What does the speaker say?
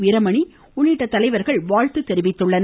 வீரமணி உள்ளிட்ட தலைவர்கள் வாழ்த்து தெரிவித்துள்ளனர்